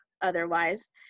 otherwise